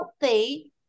healthy